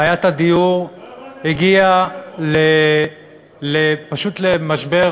בעיית הדיור הגיעה פשוט למשבר,